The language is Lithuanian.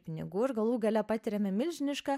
pinigų ir galų gale patiriame milžinišką